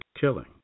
killing